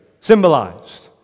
symbolized